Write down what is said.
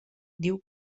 diu